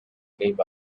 gave